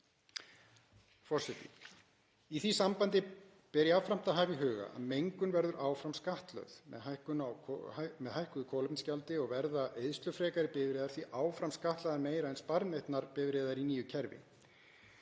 því sambandi ber jafnframt að hafa í huga að mengun verður áfram skattlögð með hækkuðu kolefnisgjaldi og verða eyðslufrekari bifreiðar því áfram skattlagðar meira en sparneytnar bifreiðar í nýju kerfi.